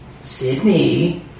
Sydney